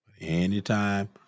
Anytime